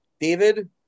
David